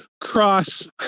cross